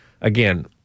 Again –